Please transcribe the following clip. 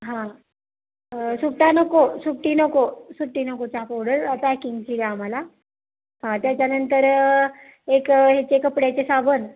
हां सुट्टा नको सुट्टी नको सुट्टी नको चाक उडेल पॅकिंगची द्या आम्हाला हां त्याच्यानंतर एक ह्याचे कपड्याचे साबण